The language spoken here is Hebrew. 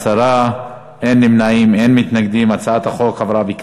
ההצעה להעביר את הצעת חוק שמירת הניקיון (הוראת שעה),